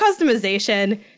customization